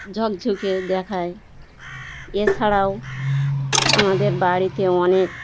ঝকঝকে দেখায় এ ছাড়াও আমাদের বাড়িতে অনেক